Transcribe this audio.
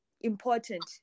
important